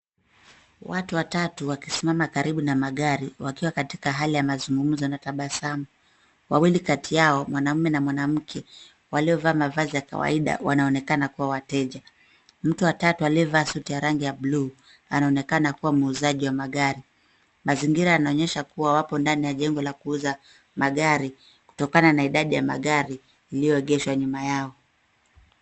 Watu watatu wakisimama karibu na magari wakiwa katika hali ya mazungumzo na tabasamu. Wawili kati yao, mwanamme na mwanamke, waliovaa mavazi ya kawaida wanaonekana kuwa wateja. Mtu wa tatu aliyevaa suti ya rangi ya bluu, anaonekana kuwa muuzaji wa magari. Mazingira yanaonyesha kuwa wapo ndani ya jengo la kuuza magari kutokana na idadi ya magari iliyoogeshwa nyuma yao.